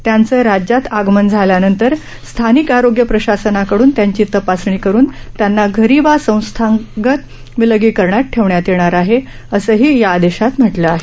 त्यांचं राज्यात आगमन झाल्यानंतर स्थानिक आरोग्य प्रशासनाकडून त्यांची तपासणी करुन त्यांना घरी वा संस्थागत विलगीकरणात ठेवण्यात येणार आहे असंही या आदेशात म्हटलं आहे